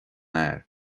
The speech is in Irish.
fhear